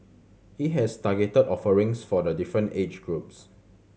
he has targeted offerings for the different age groups